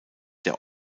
der